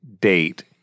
date